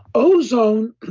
ozone